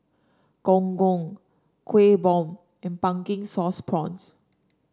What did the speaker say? Gong Gong Kueh Bom and Pumpkin Sauce Prawns